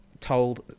told